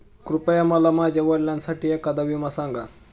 कृपया मला माझ्या वडिलांसाठी एखादा विमा सांगा